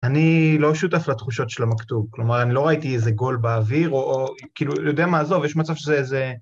אני לא שותף לתחושות של המכתוב, כלומר, אני לא ראיתי איזה גול באוויר או...או... כאילו, יודע מה עזוב, יש מצב שזה איזה...